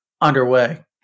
underway